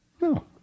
No